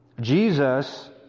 Jesus